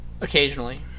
Occasionally